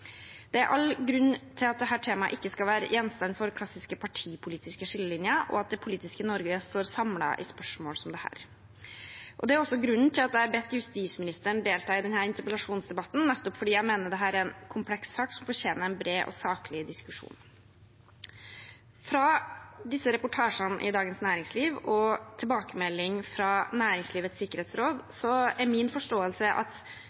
Det er all grunn til at dette temaet ikke skal være gjenstand for klassiske partipolitiske skillelinjer, og for at det politiske Norge står samlet i spørsmål som dette. Det er også grunnen til at jeg har bedt justisministeren delta i denne interpellasjonsdebatten, nettopp fordi jeg mener at dette er en kompleks sak som fortjener en bred og saklig diskusjon. Ut fra reportasjene i Dagens Næringsliv og tilbakemelding fra Næringslivets sikkerhetsråd er min forståelse at